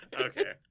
Okay